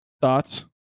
thoughts